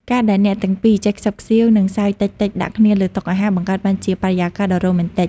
ការដែលអ្នកទាំងពីរចេះខ្សឹបខ្សៀវ និងសើចតិចៗដាក់គ្នាលើតុអាហារ បង្កើតបានជាបរិយាកាសដ៏រ៉ូមែនទិក។